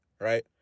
right